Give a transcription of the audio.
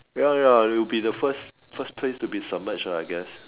ya ya it will be the first first place to be submerged lah I guess